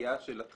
לשיקולים שלכם.